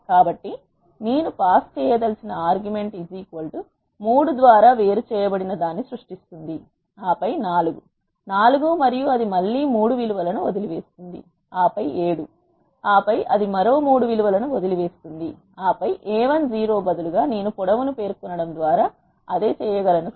కాబట్టి నేను పాస్ చేయదలిచిన ఆర్గ్యుమెంట్ 3 ద్వారా వేరు చేయబడిన దాన్ని సృష్టిస్తుందిఆపై 44 మరియు అది మళ్ళీ 3 విలు వలను వదిలి వేస్తుంది ఆపై 7 ఆపై అది మరో 3 విలు వలను వదిలి వేస్తుంది ఆపై A₁0 బదులుగా నేను పొడవు ను పేర్కొనడం ద్వారా అదే చేయగలను